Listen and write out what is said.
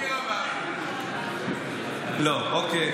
האמת